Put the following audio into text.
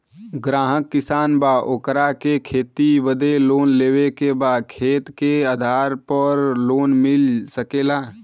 ग्राहक किसान बा ओकरा के खेती बदे लोन लेवे के बा खेत के आधार पर लोन मिल सके ला?